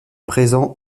présent